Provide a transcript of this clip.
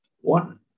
one